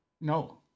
No